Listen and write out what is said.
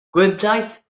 gwibdaith